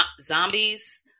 zombies